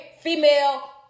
female